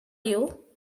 you